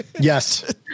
Yes